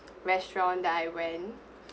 restaurant that I went